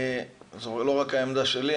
זו לא רק העמדה שלי,